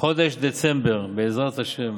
חודש דצמבר, בעזרת השם.